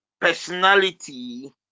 personality